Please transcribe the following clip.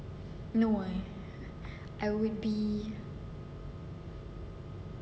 no I I would be